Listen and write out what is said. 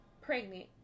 pregnant